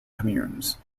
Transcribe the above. communes